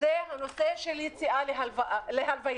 זה הנושא של יציאה להלוויה.